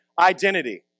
identity